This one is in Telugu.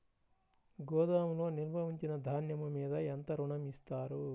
గోదాములో నిల్వ ఉంచిన ధాన్యము మీద ఎంత ఋణం ఇస్తారు?